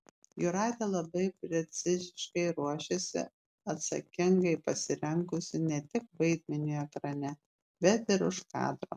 jūratė labai preciziškai ruošiasi atsakingai pasirengusi ne tik vaidmeniui ekrane bet ir už kadro